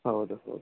ಹೌದು ಹೌದು